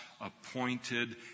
appointed